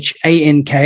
Hank